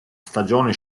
stagione